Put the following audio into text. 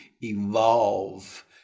evolve